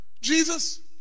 Jesus